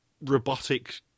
robotic